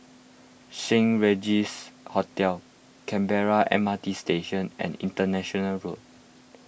Saint Regis Hotel Canberra M R T Station and International Road